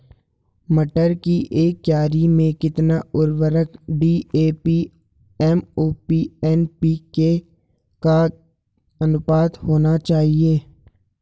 मटर की एक क्यारी में कितना उर्वरक डी.ए.पी एम.ओ.पी एन.पी.के का अनुपात होना चाहिए?